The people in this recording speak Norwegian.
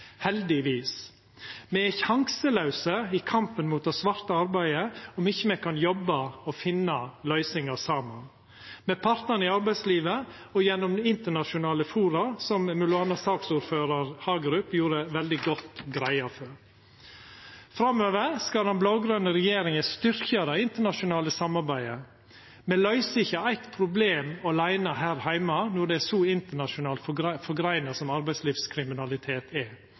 heldigvis. Me er sjanselause i kampen mot det svarte arbeidet om me ikkje kan jobba og finna løysingar saman med partane i arbeidslivet og gjennom internasjonale fora, noko m.a. saksordføraren, representanten Hagerup, gjorde veldig godt greie for. Framover skal den blå-grøne regjeringa styrkja det internasjonale samarbeidet. Me løyser ikkje eit problem åleine her heime når det er så internasjonalt forgreina som det arbeidslivskriminalitet er.